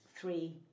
three